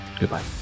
Goodbye